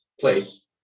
place